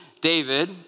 David